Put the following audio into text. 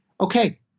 Okay